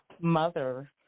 mother